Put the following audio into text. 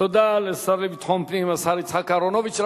תודה לשר לביטחון פנים, השר יצחק אהרונוביץ.